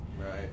Right